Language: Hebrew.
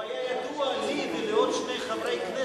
הוא היה ידוע לי ולעוד שני חברי כנסת,